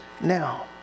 now